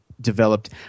developed